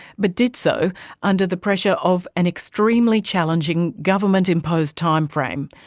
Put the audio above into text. but did so under the pressure of an extremely challenging government-imposed timeframe.